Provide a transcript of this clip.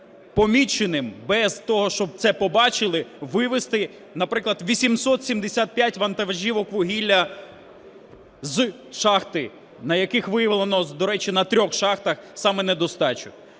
без… поміченим, без того, щоб це побачили, вивезти, наприклад, 875 вантажівок вугілля з шахт, на яких виявлено, до речі, на трьох шахтах саме, недостачу.